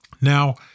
Now